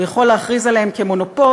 הוא יכול להכריז עליהם כמונופול.